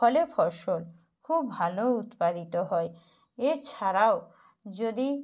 ফলে ফসল খুব ভালো উৎপাদিত হয় এছাড়াও যদি